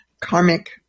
Karmic